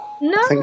No